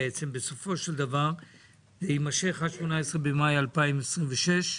בסופו של דבר יימשך עד 18 במאי 2026,